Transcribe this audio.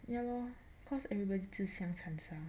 ya lor cause everybody 自相残杀